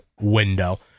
window